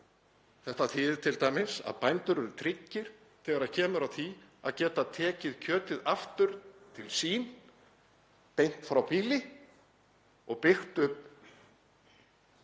Þetta þýðir t.d. að bændur eru tryggir þegar kemur að því að geta tekið kjötið aftur til sín beint frá býli og byggt upp lítil